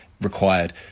required